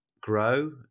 grow